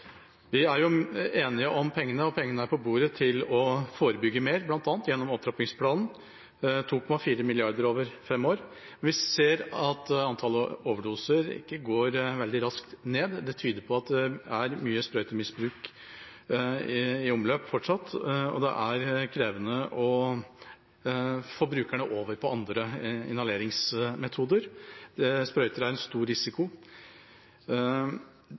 på bordet til å forebygge mer, bl.a. gjennom opptrappingsplanen – 2, 4 mrd. kr over fem år. Men vi ser at antallet overdoser ikke går veldig raskt ned. Det tyder på at det er mye sprøytemisbruk fortsatt, og det er krevende å få brukerne over på inhaleringsmetoder. Sprøyter medfører en stor risiko.